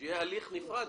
שיהיה הליך נפרד,